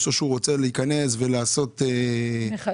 או שהוא רוצה להיכנס ולעשות אותו מחדש.